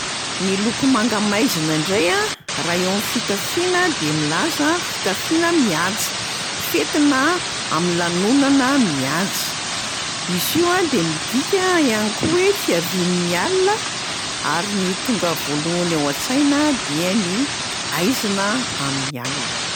Ny loko manga maizina ndray a raha eo am'fitafiana de milaza fitafiana mihaja, fentina am'lanonana mihaja. Izy io a de midika ihany koa hoe fiavian'ny alina. Ary ny tonga voalohany ao an-tsaina dia ny haizina amin'ny alina.